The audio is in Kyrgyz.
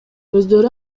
өздөрү